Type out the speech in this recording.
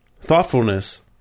Thoughtfulness